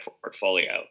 portfolio